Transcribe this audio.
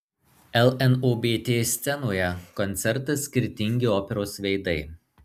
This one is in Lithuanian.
lnobt scenoje koncertas skirtingi operos veidai